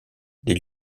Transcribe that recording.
des